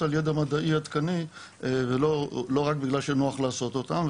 על ידע מדעי עדכני ולא רק בגלל שנוח לעשות אותם.